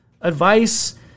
advice